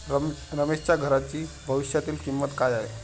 रमेशच्या घराची भविष्यातील किंमत काय आहे?